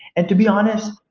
and to be honest,